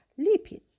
lipids